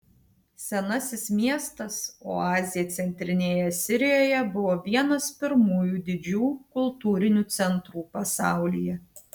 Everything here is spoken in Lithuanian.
senasis miestas oazė centrinėje sirijoje buvo vienas pirmųjų didžių kultūrinių centrų pasaulyje